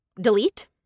delete